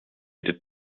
did